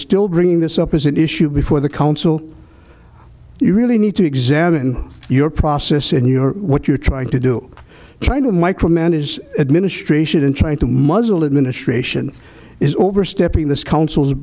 still bringing this up as an issue before the council you really need to examine your process and you know what you're trying to do trying to micromanage his administration in trying to muzzle administration is overstepping this council